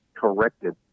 corrected